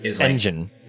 Engine